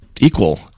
equal